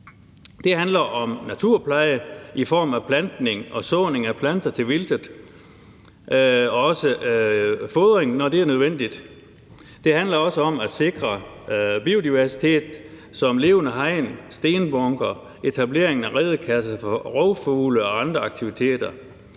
Det handler om naturpleje i form af plantning og såning af planter til vildtet og også fodring, når det er nødvendigt. Det handler også om at sikre biodiversitet som levende hegn, stenbunker, etablering af redekasser for rovfugle og andre aktiviteter.